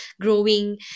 growing